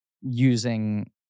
using